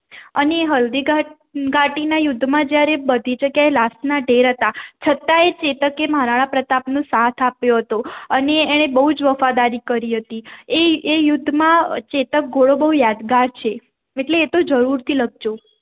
અને હલ્દી ઘાટીના યુદ્ધમાં જ્યારે બધી જગ્યાએ લાશનાં ઢેર હતા છતાંય ચેતકે મહારાણા પ્રતાપનો સાથ આપ્યો હતો અને એણે બહુ જ વફાદારી કરી હતી એ એ યુદ્ધમા ચેતક ઘોડો બહુ યાદગાર છે એટલે એ તો જરૂરથી લખજો